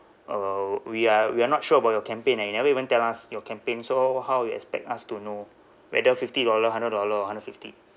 uh we are we are not sure about your campaign eh you never even tell us your campaign so how you expect us to know whether fifty dollar hundred dollar or hundred fifty